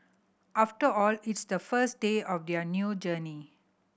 after all it's the first day of their new journey